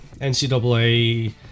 NCAA